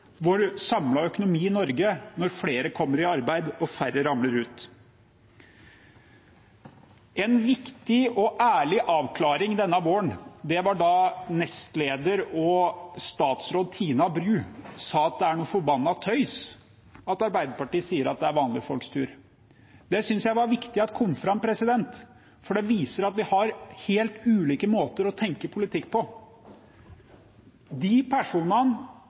vår samlede økonomi i Norge når flere kommer i arbeid og færre ramler ut. En viktig og ærlig avklaring denne våren var det da nestleder og statsråd Tina Bru sa at det er noe «forbanna tøys» at Arbeiderpartiet sier at det er vanlige folks tur. Det synes jeg var viktig at kom fram, for det viser at vi har helt ulike måter å tenke politikk på. De personene